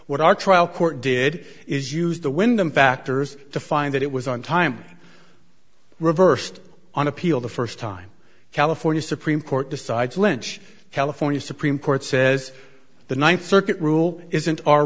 what our trial court did is use the windham factors to find that it was on time reversed on appeal the first time california supreme court decides lynch california supreme court says the ninth circuit rule isn't our